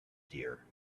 deer